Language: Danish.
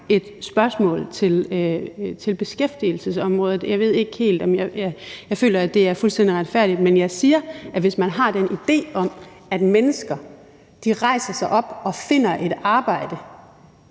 et spørgsmål på beskæftigelsesområdet. Jeg ved ikke helt, om jeg føler det er fuldstændig retfærdigt, men jeg siger, at hvis man har den idé om, at mennesker rejser sig op og finder et arbejde,